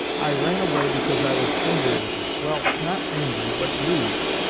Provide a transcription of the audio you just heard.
i ran away because i was angry with you well, not angry, but grieved.